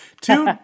two